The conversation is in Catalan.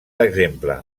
exemple